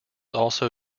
also